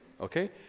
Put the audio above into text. Okay